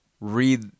read